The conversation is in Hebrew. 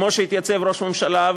כמו שהתייצב ראש הממשלה,